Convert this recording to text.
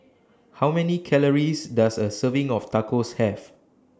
How Many Calories Does A Serving of Tacos Have